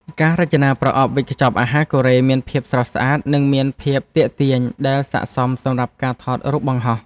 ការរចនាប្រអប់វេចខ្ចប់អាហារកូរ៉េមានភាពស្រស់ស្អាតនិងមានភាពទាក់ទាញដែលស័ក្តិសមសម្រាប់ការថតរូបបង្ហោះ។